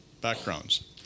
backgrounds